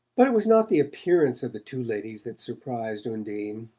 but it was not the appearance of the two ladies that surprised undine.